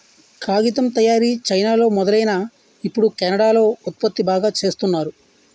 కాగితం తయారీ చైనాలో మొదలైనా ఇప్పుడు కెనడా లో ఉత్పత్తి బాగా చేస్తున్నారు